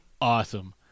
awesome